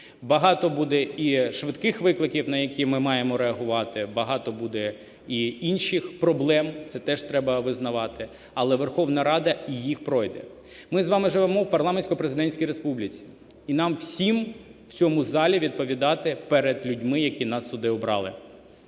Багато буде і швидких викликів, на які ми маємо реагувати, багато буде і інших проблем, це теж треба визнавати, але Верховна Рада і їх пройде. Ми з вами живемо в парламентсько-президентській республіці і нам всім в цьому залі відповідати перед людьми, які нас сюди обрали.